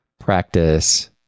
practice